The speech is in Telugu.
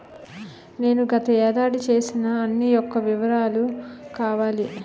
నేను గత ఏడాది చేసిన అన్ని యెక్క వివరాలు కావాలి?